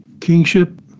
Kingship